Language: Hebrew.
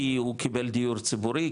כי הוא קיבל דיור ציבורי,